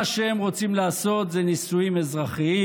מה שהם רוצים לעשות זה נישואים אזרחיים,